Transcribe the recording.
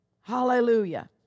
Hallelujah